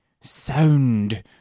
Sound